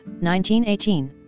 1918